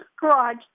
garage